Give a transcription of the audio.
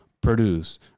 produce